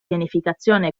pianificazione